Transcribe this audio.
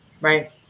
Right